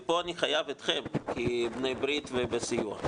ופה אני חייב אתכם כבני ברית ובסיוע,